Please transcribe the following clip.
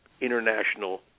international